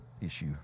issue